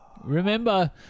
Remember